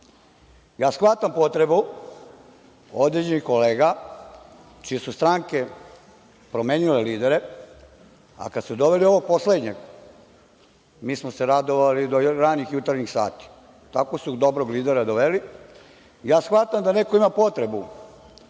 shvatam potrebu određenih kolega čije su stranke promenile lidere, a kada su doveli ovog poslednjeg, mi smo se radovali do ranih jutarnjih sati. Tako su dobrog lidera doveli. Ja shvatam da neko ima potrebu